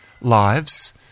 lives